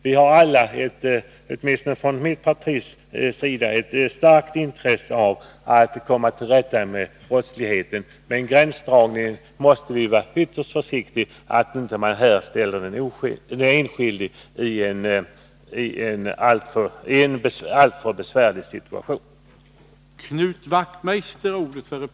Vi har alla, åtminstone från mitt partis sida, ett starkt intresse av att komma till rätta med brottsligheten, men vid gränsdragningen måste man vara ytterst försiktig, så att man inte ställer den enskilde i en alltför besvärlig och osäker situation.